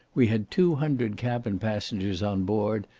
we had two hundred cabin passengers on board,